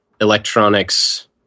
electronics